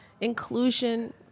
inclusion